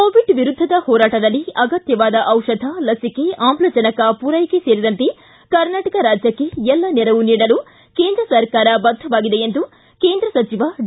Covid ವಿರುದ್ಧದ ಹೋರಾಟದಲ್ಲಿ ಅಗತ್ಯವಾದ ದಿಷಧ ಲಸಿಕೆ ಆಮ್ಲಜನಕ ಪೂರೈಕೆ ಸೇರಿದಂತೆ ಕರ್ನಾಟಕ ರಾಜ್ಯಕ್ಕೆ ಎಲ್ಲ ನೆರವು ನೀಡಲು ಕೇಂದ್ರ ಸರ್ಕಾರ ಬದ್ಧವಾಗಿದೆ ಎಂದು ಕೇಂದ್ರ ಸಚಿವ ಡಿ